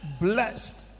Blessed